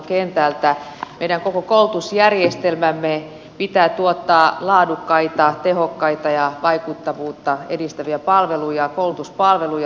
meidän koko koulutusjärjestelmämme pitää tuottaa laadukkaita tehokkaita ja vaikuttavuutta edistäviä koulutuspalveluja